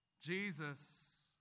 Jesus